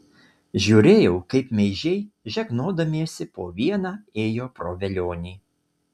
žiūrėjau kaip meižiai žegnodamiesi po vieną ėjo pro velionį